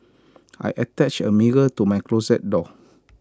I attached A mirror to my closet door